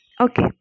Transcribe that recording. Okay